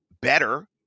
better